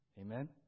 Amen